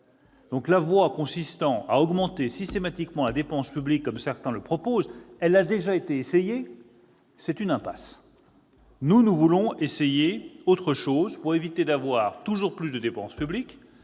La voie consistant à augmenter systématiquement la dépense publique, comme certains le proposent, a donc déjà été explorée : c'est une impasse ! Quant à nous, nous voulons tenter autre chose, pour éviter d'avoir toujours plus de dépenses publiques,